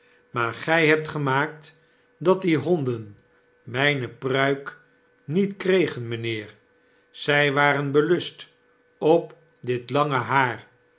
maar gjj hebt gernaakt dat die honden mijne pruik nietkregen mynheer zy waren belust op dit lange haar